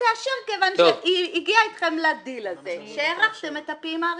תאשר כיוון שהיא הגיעה אתכם לדיל הזה כי הארכתם את הפעימה הראשונה.